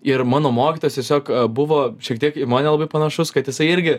ir mano mokytojas tiesiog buvo šiek tiek į mane labai panašus kad jisai irgi